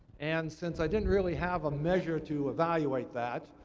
and since i didn't really have a measure to evaluate that,